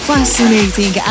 Fascinating